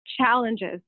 challenges